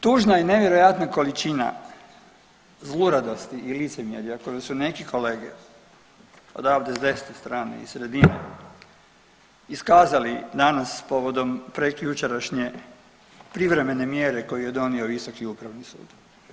Tužna je i nevjerojatna količina zluradosti i licemjerja koju su neki kolege odavde s desne strane i sredine iskazali danas povodom prekjučerašnje privremene mjere koju je donio visoki upravni sud.